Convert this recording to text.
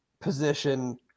position